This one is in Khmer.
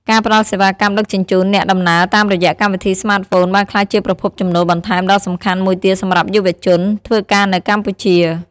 ការផ្តល់សេវាកម្មដឹកជញ្ជូនអ្នកដំណើរតាមរយៈកម្មវិធីស្មាតហ្វូនបានក្លាយជាប្រភពចំណូលបន្ថែមដ៏សំខាន់មួយទៀតសម្រាប់យុវជនធ្វើការនៅកម្ពុជា។